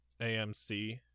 AMC